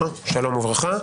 שלום וברכה.